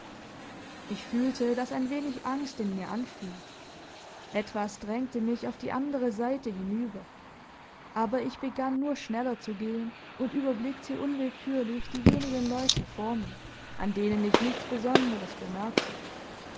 ich fühlte daß ein wenig angst in mir anfing etwas drängte mich auf die andere seite hinüber aber ich begann nur schneller zu gehen und überblickte unwillkürlich die wenigen leute vor mir an denen ich nichts besonderes bemerkte